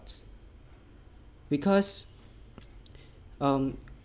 because um